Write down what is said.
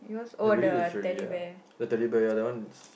the Teddy Bear ah that one is